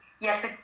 Yes